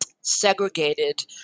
segregated